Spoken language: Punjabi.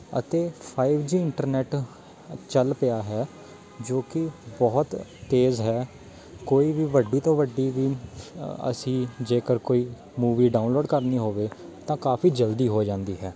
ਅਤੇ ਫਾਈਵ ਜੀ ਇੰਟਰਨੈਟ ਚੱਲ ਪਿਆ ਹੈ ਜੋ ਕਿ ਬਹੁਤ ਤੇਜ਼ ਹੈ ਕੋਈ ਵੀ ਵੱਡੀ ਤੋਂ ਵੱਡੀ ਵੀ ਅ ਅਸੀਂ ਜੇਕਰ ਕੋਈ ਮੂਵੀ ਡਾਊਨਲੋਡ ਕਰਨੀ ਹੋਵੇ ਤਾਂ ਕਾਫੀ ਜਲਦੀ ਹੋ ਜਾਂਦੀ ਹੈ